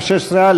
16א,